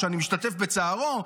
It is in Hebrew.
אני משתתף בצערו,